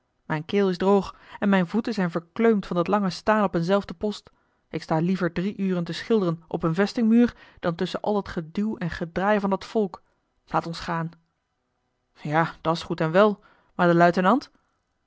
mijn keel is droog en mijne voeten zijn verkleumd van dat lange staan op een zelfden post ik sta liever drie uren te schilderen op een vestingmuur dan tusschen al dat geduw en gedraai van dat volk laat ons gaan ja dat's goed en wel maar de luitenant